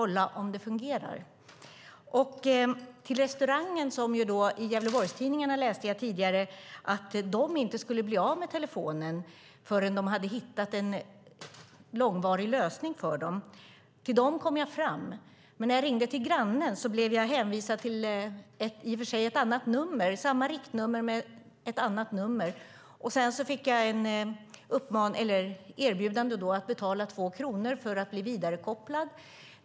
Jag läste tidigare i Gävleborgstidningarna att restaurangen inte skulle bli av med sin fasta telefoni förrän man hade hittat en långvarig lösning för dem. Till restaurangen kom jag fram. Men när jag ringde till grannen blev jag hänvisad till ett annat nummer men med samma riktnummer och fick erbjudande att betala 2 kronor för att bli vidarekopplad.